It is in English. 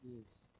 Yes